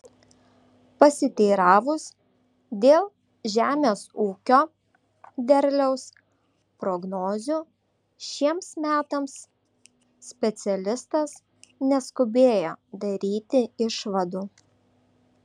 pasiteiravus dėl žemės ūkio derliaus prognozių šiems metams specialistas neskubėjo daryti išvadų